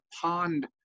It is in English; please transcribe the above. pond